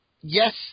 yes